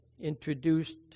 introduced